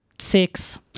Six